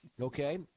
Okay